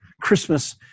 Christmas